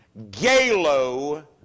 Galo